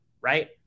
right